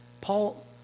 Paul